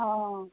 অ'